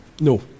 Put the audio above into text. No